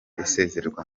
isezererwa